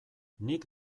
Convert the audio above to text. nik